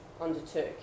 undertook